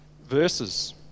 verses